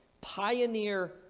pioneer